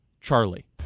charlie